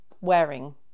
wearing